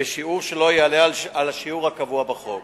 בשיעור שלא יעלה על השיעור הקבוע בחוק,